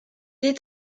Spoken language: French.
est